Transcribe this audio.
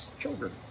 children